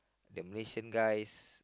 the Malaysian guys